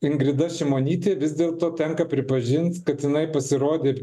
ingrida šimonytė vis dėlto tenka pripažint kad jinai pasirodė